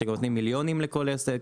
שנותנים מיליונים לכל עסק.